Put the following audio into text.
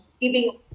giving